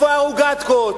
איפה הרוגטקות?